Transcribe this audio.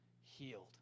healed